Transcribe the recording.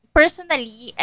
personally